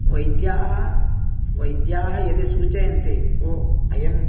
वैद्याः वैद्याः यदि सूचयन्ति ओ अयम्